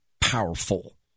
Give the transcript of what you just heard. powerful